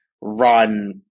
run